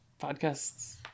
podcasts